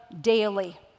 daily